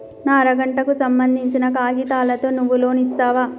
నా అర గంటకు సంబందించిన కాగితాలతో నువ్వు లోన్ ఇస్తవా?